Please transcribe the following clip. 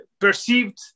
perceived